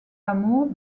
hameau